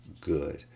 good